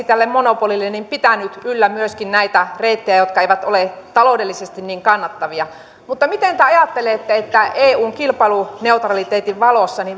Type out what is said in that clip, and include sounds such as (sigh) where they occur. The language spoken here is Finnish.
(unintelligible) tälle monopolille pitänyt yllä myöskin näitä reittejä jotka eivät ole taloudellisesti niin kannattavia mutta miten te ajattelette että eun kilpailuneutraliteetin valossa